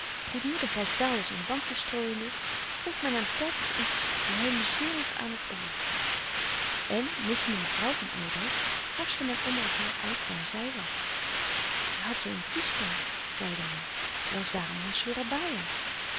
goedmoedig rijksdaalders en bankjes strooiende vroeg men hem telkens iets geheimzinnig aan het oor en missende mevrouw van oudijck vorschte men onder elkaâr uit waar zij was zij had zoo een kiespijn zeide men zij was daarom naar soerabaia